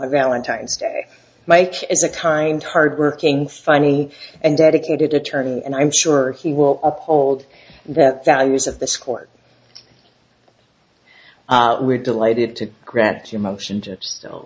valentine's day mike is a kind hardworking funny and dedicated attorney and i'm sure he will uphold that values of the score we're delighted to grant your motion to s